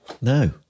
No